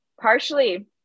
partially